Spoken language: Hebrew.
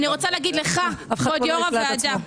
כבוד יו"ר הוועדה,